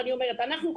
ואני אומרת שאנחנו,